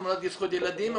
אמנות לזכויות ילדים,